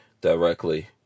directly